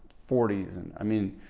forty s. and. i mean.